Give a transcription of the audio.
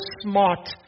smart